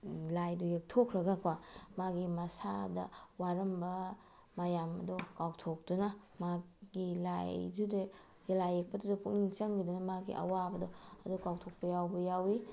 ꯂꯥꯏꯗꯣ ꯌꯦꯛꯊꯣꯛꯈ꯭ꯔꯒ ꯀꯣ ꯃꯥꯒꯤ ꯃꯁꯥꯗ ꯋꯥꯔꯝꯕ ꯃꯌꯥꯝ ꯑꯗꯣ ꯀꯥꯎꯊꯣꯛꯇꯨꯅ ꯃꯍꯥꯛꯀꯤ ꯂꯥꯏꯗꯨꯗ ꯂꯥꯏꯌꯦꯛꯄꯗꯨꯗ ꯄꯨꯛꯅꯤꯡ ꯆꯪꯈꯤꯗꯨꯅ ꯃꯥꯒꯤ ꯑꯋꯥꯕꯗꯣ ꯑꯗꯨ ꯀꯥꯎꯊꯣꯛꯄ ꯌꯥꯎꯕ ꯌꯥꯎꯏ